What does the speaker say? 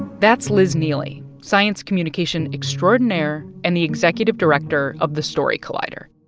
that's liz neely, science communication extraordinaire and the executive director of the story collider.